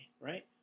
right